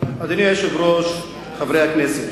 אדוני היושב-ראש, חברי הכנסת,